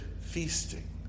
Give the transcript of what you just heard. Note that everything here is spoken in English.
feasting